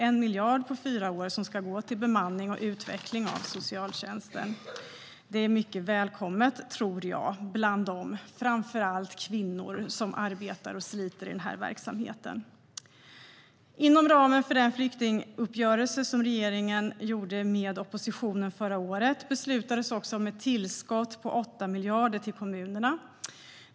1 miljard på fyra år ska gå till bemanning och utveckling av socialtjänsten. Det är mycket välkommet, tror jag, bland de framför allt kvinnor som arbetar och sliter i den här verksamheten. Inom ramen för den flyktinguppgörelse som regeringen gjorde med oppositionen förra året beslutades också om ett tillskott på 8 miljarder till kommunerna.